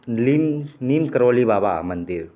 नीम नीम करोली बाबा मंदिर